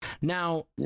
Now